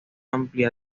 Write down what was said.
amplia